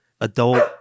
adult